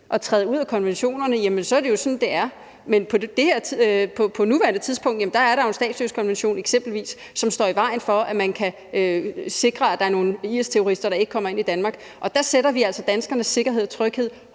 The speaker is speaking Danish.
at træde ud af konventionerne, jamen så er det jo sådan, det er. Men på nuværende tidspunkt er der eksempelvis en statsløsekonvention, som står i vejen for, at man kan sikre, at nogle IS-terrorister ikke kommer ind i Danmark. Og der sætter vi altså danskernes sikkerhed og tryghed